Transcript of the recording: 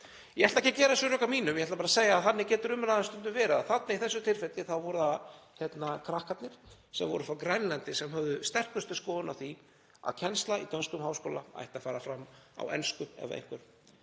Ég ætla ekki að gera þessi rök að mínum. Ég ætla bara að segja að þannig getur umræðan stundum verið. Í þessu tilfelli voru það krakkarnir frá Grænlandi sem höfðu sterkustu skoðunina á því að kennsla í dönskum háskóla ætti að fara fram á ensku ef einhver